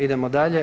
Idemo dalje.